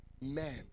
Man